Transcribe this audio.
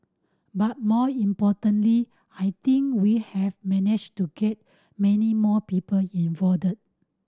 but more importantly I think we have managed to get many more people involved